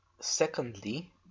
Secondly